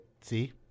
See